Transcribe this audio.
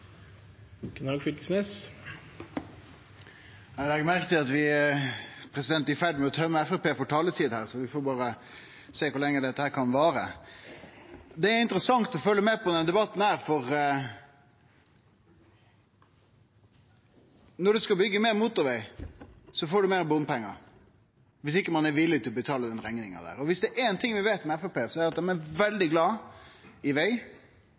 finansiering. Eg legg merke til at vi er i ferd med å tømme Framstegspartiet for taletid, så vi får sjå kor lenge dette kan vare. Det er interessant å følgje med på denne debatten. Når ein skal byggje meir motorveg, får ein meir bompengar – viss ein ikkje er villig til å betale den rekninga. Og viss det er éin ting vi veit om Framstegspartiet, er det at dei er veldig glad i veg